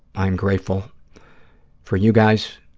i am grateful for you guys.